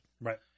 Right